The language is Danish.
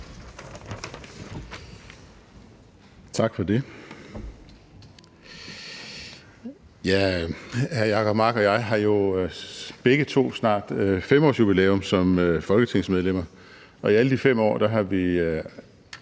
Tak for det. Hr. Jacob Mark og jeg har begge to snart 5-årsjubilæum som folketingsmedlemmer, og i alle de 5 år har vi